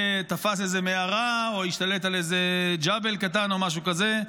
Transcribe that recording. שתפס איזה מערה או השתלט על איזה ג'בל קטן או משהו כזה,